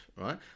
right